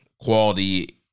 quality